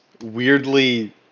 weirdly